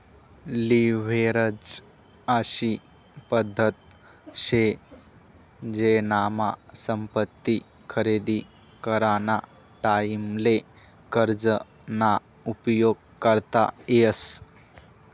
leverage अशी पद्धत शे जेनामा संपत्ती खरेदी कराना टाईमले कर्ज ना उपयोग करता येस